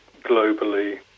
globally